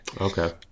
Okay